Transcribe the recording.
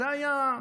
על זה היה המשפט.